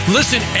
Listen